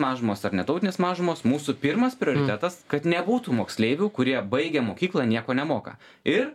mažumos ar ne tautinės mažumos mūsų pirmas prioritetas kad nebūtų moksleivių kurie baigę mokyklą nieko nemoka ir